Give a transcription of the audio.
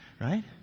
right